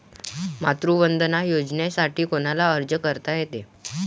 मातृवंदना योजनेसाठी कोनाले अर्ज करता येते?